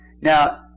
Now